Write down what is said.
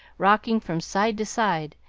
rocking from side to side,